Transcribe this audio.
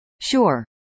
Sure